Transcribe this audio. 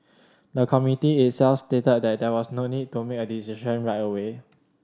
the Committee itself stated that there was no need to make a decision right away